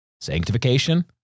sanctification